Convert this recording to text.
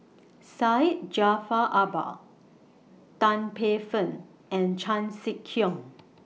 Syed Jaafar Albar Tan Paey Fern and Chan Sek Keong